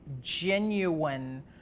genuine